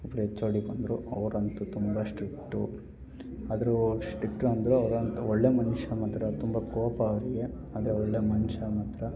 ಒಬ್ರು H O D ಬಂದರು ಅವ್ರಂತೂ ತುಂಬ ಸ್ಟ್ರಿಕ್ಟು ಆದರೂ ಸ್ಟ್ರಿಕ್ಟ್ ಅಂದ್ರೂ ಅವ್ರಂತು ಒಳ್ಳೆಯ ಮನುಷ್ಯ ಮಾತ್ರ ತುಂಬ ಕೋಪ ಅವರಿಗೆ ಆದರೆ ಒಳ್ಳೆಯ ಮನುಷ್ಯ ಮಾತ್ರ